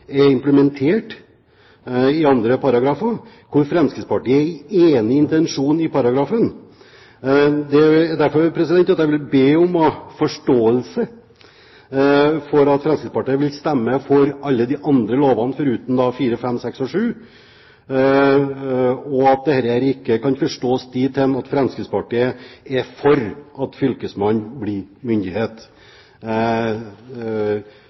er involvert, der Fremskrittspartiet er enig i intensjonen i paragrafen. Det er derfor jeg vil be om når Fremskrittspartiet vil stemme for alle de andre lovene – unntatt §§ 4,5,6 og 7 – at dette ikke forstås dit hen at Fremskrittspartiet er for at fylkesmannen blir myndighet.